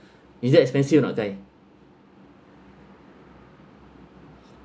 is that expensive or not kyrie